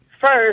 First